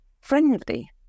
friendly